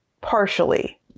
partially